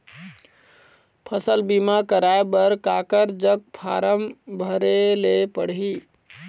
फसल बीमा कराए बर काकर जग फारम भरेले पड़ही?